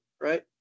right